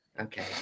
Okay